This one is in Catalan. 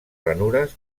ranures